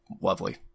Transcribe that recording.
lovely